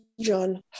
John